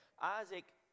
Isaac